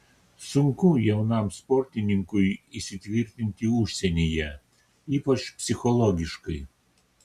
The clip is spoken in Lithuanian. sunku jaunam sportininkui įsitvirtinti užsienyje ypač psichologiškai